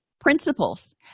principles